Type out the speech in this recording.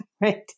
Right